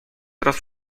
teraz